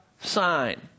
sign